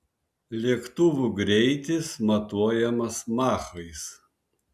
lėktuvų greitis matuojamas machais